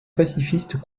pacifiste